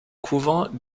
couvent